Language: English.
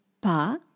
pas